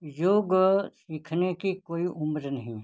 योग सिखाने की कोई उम्र नहीं